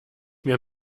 mir